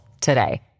today